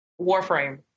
Warframe